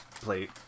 plate